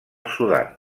sudan